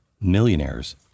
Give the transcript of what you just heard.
millionaires